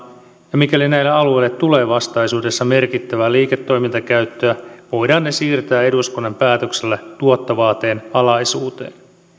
ja mikäli näille alueille tulee vastaisuudessa merkittävää liiketoimintakäyttöä voidaan ne siirtää eduskunnan päätöksellä tuottovaateen alaisuuteen